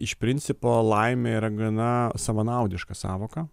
iš principo laimė yra gana savanaudiška sąvoka